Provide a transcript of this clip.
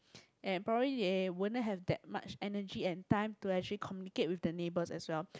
and probably they won't have that much energy and time to actually communicate with the neighbours as well